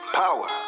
power